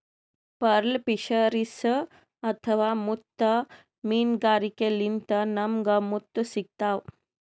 pearl fisheries ಅಥವಾ ಮುತ್ತ್ ಮೀನ್ಗಾರಿಕೆಲಿಂತ್ ನಮ್ಗ್ ಮುತ್ತ್ ಸಿಗ್ತಾವ್